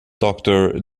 doctor